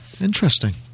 Interesting